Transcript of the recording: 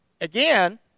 again